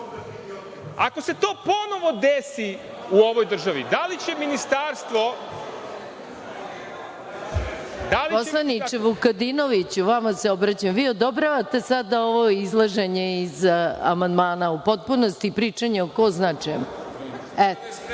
Ako se to ponovo desi u ovoj državi, da li će ministarstvo… **Maja Gojković** Poslaniče Vukadinoviću, vama se obraćam, vi odobravate sada ovo izlaženje iz amandmana u potpunosti i pričanje o ko zna čemu?